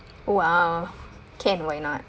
!wow! can why not